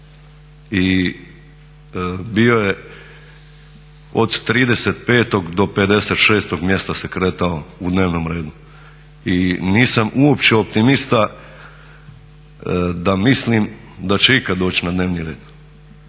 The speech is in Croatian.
i bio je od 35 do 56 mjesta se kretao u dnevnom redu i nisam uopće optimista da mislim da će ikad doći na dnevni red.